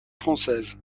française